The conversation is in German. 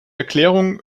erklärung